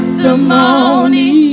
Testimony